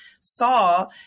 saw